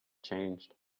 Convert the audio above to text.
changed